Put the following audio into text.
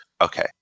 Okay